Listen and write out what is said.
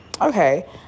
Okay